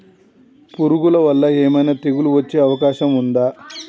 పురుగుల వల్ల ఏమైనా తెగులు వచ్చే అవకాశం ఉందా?